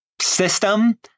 system